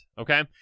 okay